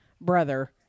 brother